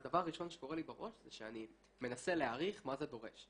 הראשון שקורה לי בסוף זה שאני מנסה להעריך מה זה דורש.